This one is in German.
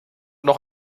noch